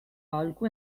aholku